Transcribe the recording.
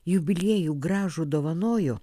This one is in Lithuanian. jubiliejų gražų dovanojo